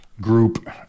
group